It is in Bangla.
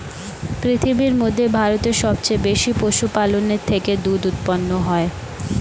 পৃথিবীর মধ্যে ভারতে সবচেয়ে বেশি পশুপালনের থেকে দুধ উৎপন্ন হয়